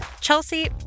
Chelsea